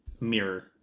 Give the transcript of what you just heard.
mirror